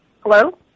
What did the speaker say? Hello